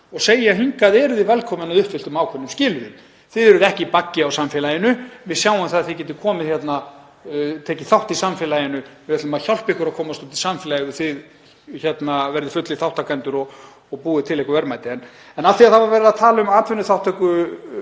og segja: Hingað eruð þið velkomin að uppfylltum ákveðnum skilyrðum. Þið eruð ekki baggi á samfélaginu. Við sjáum að þið getið komið hingað og tekið þátt í samfélaginu, við ætlum að hjálpa ykkur að komast út í samfélagið og þið verðið fullir þátttakendur og búið til einhver verðmæti. En hér var verið að tala um atvinnuþátttöku